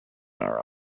our